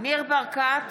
ניר ברקת,